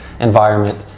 environment